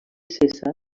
cèsar